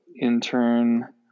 intern